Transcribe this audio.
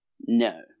No